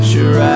Sure